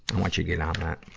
and want you to get on that.